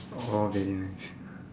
orh okay I see